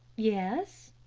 yes.